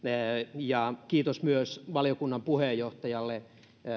ja kiitos myös valiokunnan puheenjohtajalle